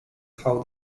how